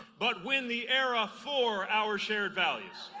but when the era for our shared values.